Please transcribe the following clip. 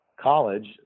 college